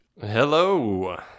Hello